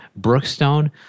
Brookstone